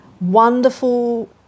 wonderful